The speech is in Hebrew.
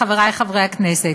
חברי חברי הכנסת,